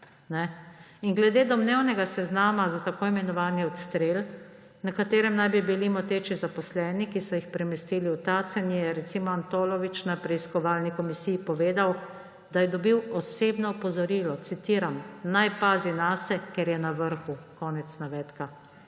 Glede domnevnega seznama za tako imenovani odstrel, na katerem naj bi bili moteči zaposleni, ki so jih premestili v Tacen, je recimo Antolovič na preiskovalni komisiji povedal, da je dobil osebno opozorilo, citiram: »Naj pazi na sebe, ker je na vrhu.« Konec navedka.